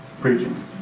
preaching